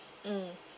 mm